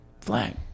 flag